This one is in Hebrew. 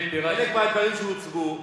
חלק מהדברים שהוצגו,